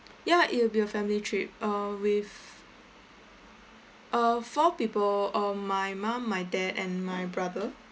ya it will be a family trip uh with uh four people uh my mum my dad and my brother